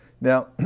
Now